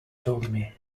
ptolemy